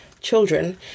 children